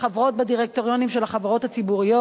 כחברות בדירקטוריונים של החברות הציבוריות.